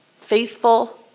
faithful